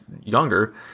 younger